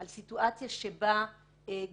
על סיטואציה שבה גורם